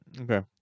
Okay